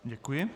Děkuji.